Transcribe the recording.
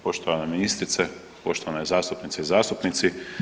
Poštovana ministrice, poštovane zastupnice i zastupnici.